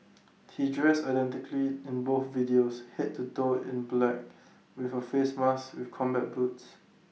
he dressed identically in both videos Head to toe in black with A face mask and combat boots